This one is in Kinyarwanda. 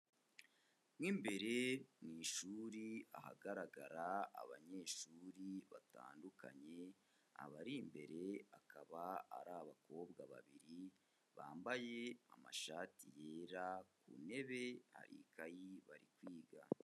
Mo imbere mu ishuri ahagaragara abanyeshuri batandukanye, abari imbere akaba ari abakobwa babiri bambaye amashati yera, ku ntebe hari ikayi bari kwiga.